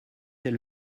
elle